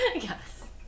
yes